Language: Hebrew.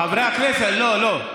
חבריי, חברי הכנסת, לא, לא.